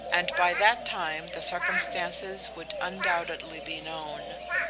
and by that time the circumstances would undoubtedly be known.